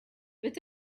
with